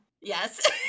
Yes